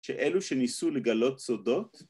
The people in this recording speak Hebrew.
‫שאלו שניסו לגלות סודות.